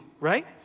right